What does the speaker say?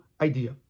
idea